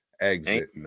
exit